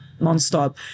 nonstop